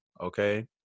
okay